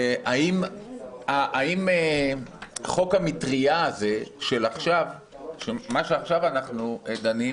אם חוק המטרייה הזה, מה שעכשיו אנחנו דנים,